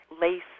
lace